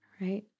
right